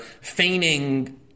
feigning